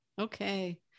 Okay